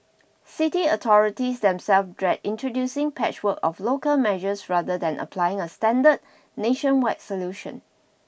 city authorities themselves dread introducing patchwork of local measures rather than applying a standard nationwide solution